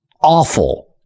awful